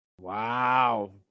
Wow